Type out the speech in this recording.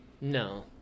No